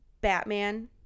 Batman